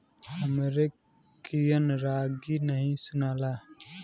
हमरे कियन रागी नही सुनाला